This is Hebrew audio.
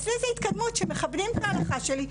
אצלי זו התקדמות שמכבדים את הלכה שלי,